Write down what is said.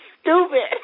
stupid